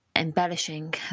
embellishing